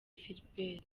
philbert